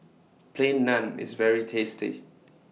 Plain Naan IS very tasty